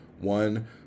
One